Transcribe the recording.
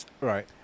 Right